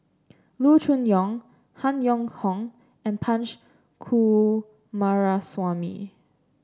Loo Choon Yong Han Yong Hong and Punch Coomaraswamy